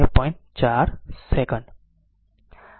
4 second